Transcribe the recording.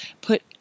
put